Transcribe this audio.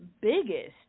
biggest